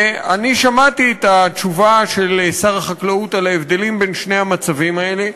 אני שמעתי את התשובה של שר החקלאות על ההבדלים בין שני המצבים האלה,